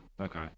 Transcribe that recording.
Okay